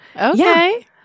Okay